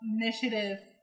initiative